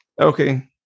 Okay